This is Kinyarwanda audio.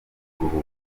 kuruhuka